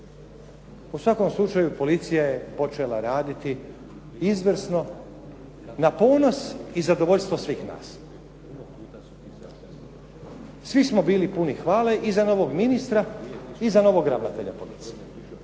u svakom slučaju policija je počela raditi izvrsno na ponos i zadovoljstvo svih nas. Svi smo bili puni hvale i za novog ministra i za novog ravnatelja policije.